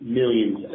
millions